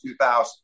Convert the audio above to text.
2000